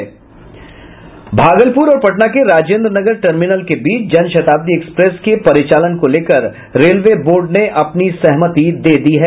भागलपुर और पटना के राजेन्द्र नगर टर्मिनल के बीच जनशताब्दी एक्सप्रेस के परिचालन को लेकर रेलवे बोर्ड ने अपनी सहमति दे दी है